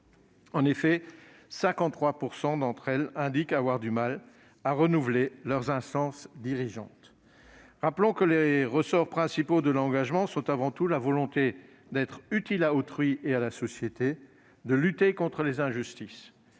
: 53 % d'entre elles indiquent avoir du mal à renouveler leurs instances dirigeantes. Rappelons que les ressorts principaux de l'engagement sont avant tout la volonté d'être utile à autrui et à la société, de lutter contre les injustices.